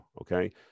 okay